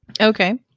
okay